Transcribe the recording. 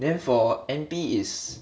then for N_P is